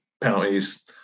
penalties